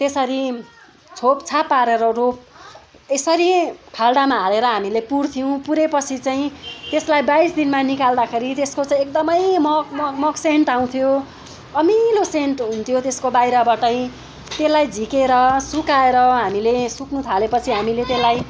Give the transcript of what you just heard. त्यसरी छोपछाप पारेर रोप यसरी खाल्डोमा हालेर हामी पुर्थ्यौँ पुरे पछि चाहिँ त्यसलाई बाइस दिनमा निकाल्दाखेरि त्यसको चाहिँ एकदमै मगमगमग सेन्ट आउँथ्यो अमिलो सेन्ट हुन्थ्यो त्यसको बाहिरबाटै त्यसलाई झिकेर सुकाएर हामीले सुक्नु थाले पछि हामीले त्यसलाई